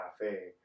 Cafe